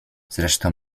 zresztą